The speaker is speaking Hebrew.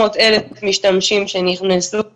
300,000 משתמשים שנכנסו